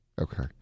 Okay